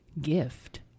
gift